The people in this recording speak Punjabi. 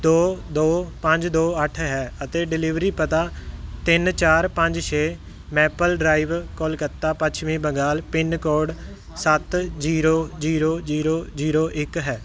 ਦੋ ਦੋ ਪੰਜ ਦੋ ਅੱਠ ਹੈ ਅਤੇ ਡਿਲਿਵਰੀ ਪਤਾ ਤਿੰਨ ਚਾਰ ਪੰਜ ਛੇ ਮੈਪਲ ਡਰਾਈਵ ਕੋਲਕਾਤਾ ਪੱਛਮੀ ਬੰਗਾਲ ਪਿੰਨ ਕੋਡ ਸੱਤ ਜ਼ੀਰੋ ਜ਼ੀਰੋ ਜ਼ੀਰੋ ਜ਼ੀਰੋ ਇੱਕ ਹੈ